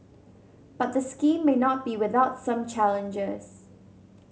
but the scheme may not be without some challenges